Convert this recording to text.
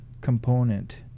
component